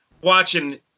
watching